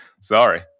sorry